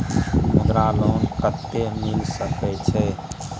मुद्रा लोन कत्ते मिल सके छै?